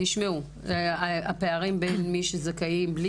תשמעו לגבי הפערים בין מי שזכאים בלי